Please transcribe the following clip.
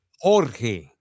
Jorge